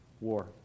War